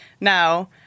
now